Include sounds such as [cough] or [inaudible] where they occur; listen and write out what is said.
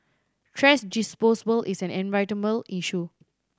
thrash [unintelligible] is an [unintelligible] issue